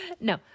No